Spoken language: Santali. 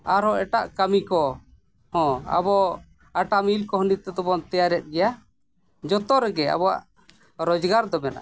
ᱟᱨᱚᱦᱚᱸ ᱮᱴᱟᱜ ᱠᱟᱹᱢᱤ ᱠᱚ ᱦᱚᱸ ᱟᱵᱚ ᱟᱴᱟ ᱢᱤᱞ ᱠᱚᱦᱚᱸ ᱱᱤᱛᱚᱜ ᱫᱚᱵᱚᱱ ᱛᱮᱭᱟᱨᱮᱫ ᱜᱮᱭᱟ ᱡᱚᱛᱚᱨᱮᱜᱮ ᱟᱵᱚᱣᱟᱜ ᱨᱚᱡᱽᱜᱟᱨ ᱫᱚ ᱢᱮᱱᱟᱜᱼᱟ